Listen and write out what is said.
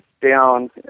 down